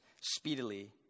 speedily